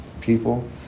people